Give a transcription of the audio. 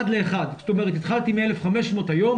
1:1. זאת אומרת התחלתי עם 1,500 היום,